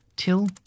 Till